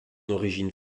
origine